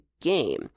game